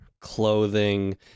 clothing